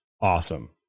awesome